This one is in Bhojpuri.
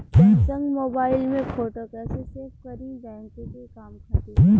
सैमसंग मोबाइल में फोटो कैसे सेभ करीं बैंक के काम खातिर?